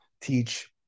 teach